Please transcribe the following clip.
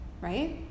right